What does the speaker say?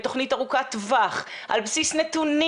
בתוכנית ארוכת טווח על בסיס נתונים.